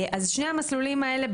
שני המסלולים האלו,